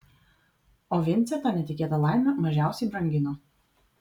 o vincė tą netikėtą laimę mažiausiai brangino